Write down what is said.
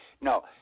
No